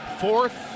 fourth